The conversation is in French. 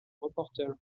reporter